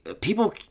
people